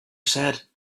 said